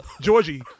Georgie